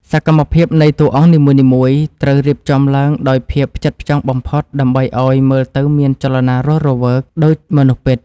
សកម្មភាពនៃតួអង្គនីមួយៗត្រូវរៀបចំឡើងដោយភាពផ្ចិតផ្ចង់បំផុតដើម្បីឱ្យមើលទៅមានចលនារស់រវើក ដូចមនុស្សពិត។